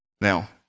Now